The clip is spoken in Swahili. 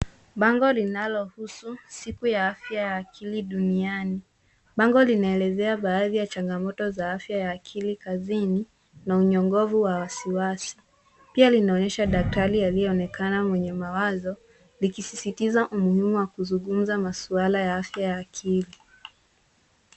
Bango linalohusu siku ya afya ya akili duniani. Bango linaelezea baadhi ya changamoto za akili kazini na unyogofu wa waziwazi. Pia linaonyesha daktari aliyeonekana mwenye mawazo likisisitiza umuhimu wa kuzungumza masuala ya afya ya akili.